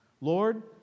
Lord